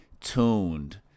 tuned